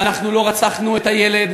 ואנחנו לא רצחנו את הילד,